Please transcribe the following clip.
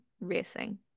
racing